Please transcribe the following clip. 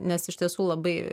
nes iš tiesų labai